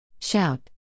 Shout